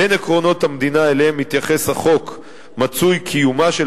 בין עקרונות המדינה שאליהם מתייחס החוק מצוי קיומה של